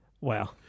Wow